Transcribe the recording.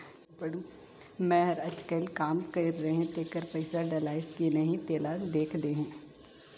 मै हर अईचकायल काम कइर रहें तेकर पइसा डलाईस कि नहीं तेला देख देहे?